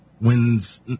Wins